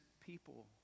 people